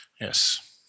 Yes